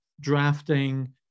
drafting